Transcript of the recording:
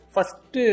First